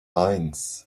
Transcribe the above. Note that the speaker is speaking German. eins